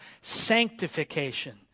sanctification